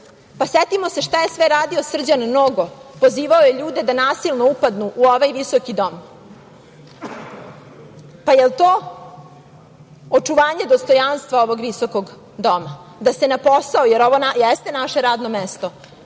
vlada“.Setimo se šta je sve radio Srđan Nogo. Pozivao je ljude da nasilno upadnu u ovaj visoki dom. Da li je to očuvanje dostojanstva ovog visokog doma? Da se na posao, jer ovo jeste naše radno mesto,